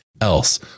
else